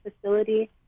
facility